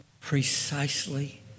precisely